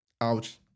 Ouch